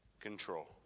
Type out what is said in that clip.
control